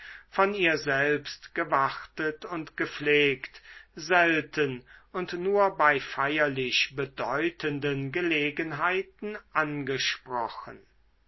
von ihr selbst gewartet und gepflegt selten und nur bei feierlich bedeutenden gelegenheiten angesprochen